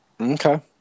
Okay